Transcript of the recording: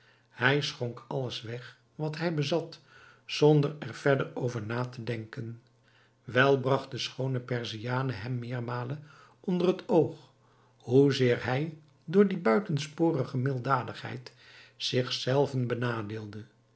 hij schonk alles weg wat hij bezat zonder er verder over na te denken wel bragt de schoone perziane hem meermalen onder het oog hoezeer hij door die buitensporige milddadigheid zich zelven benadeelde